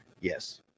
Yes